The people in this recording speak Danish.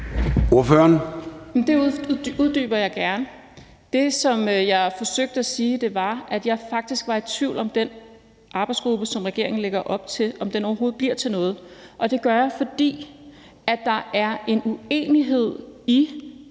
Det uddyber jeg gerne. Det, som jeg forsøgte at sige, var, at jeg faktisk var i tvivl om, om den arbejdsgruppe, som regeringen lægger op til, overhovedet bliver til noget. Det gør jeg, fordi der er en uenighed i